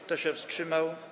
Kto się wstrzymał?